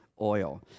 oil